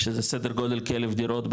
שזה סדר גודל של כאלף דירות,